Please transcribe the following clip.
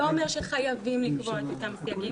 אומר שחייבים לקבוע את אותם סייגים,